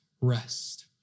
rest